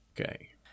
Okay